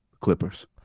Clippers